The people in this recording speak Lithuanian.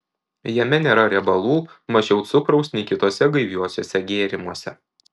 jame nėra riebalų mažiau cukraus nei kituose gaiviuosiuose gėrimuose